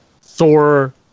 Thor